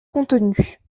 contenue